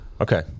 okay